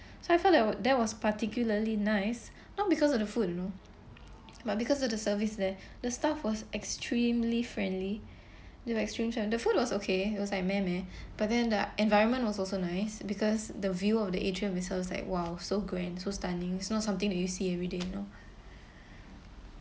so I feel wa~ that was particularly nice not because of the food you know but because of the service there the staff was extremely friendly they were extremely friend~ the food was okay it was like meh meh but then the environment was also nice because the view of the atrium is so like !wow! so grand so stunning it's not something that you see every day you know